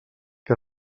que